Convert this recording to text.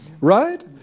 right